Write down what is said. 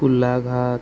Golaghat